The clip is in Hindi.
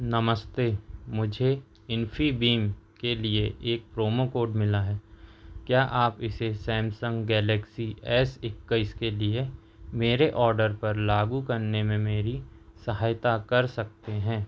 नमस्ते मुझे इन्फीबीम के लिए एक प्रोमो कोड मिला है क्या आप इसे सैमसंग गैलेक्सी एस इक्कीस के लिए मेरे ऑर्डर पर लागू करने में मेरी सहायता कर सकते हैं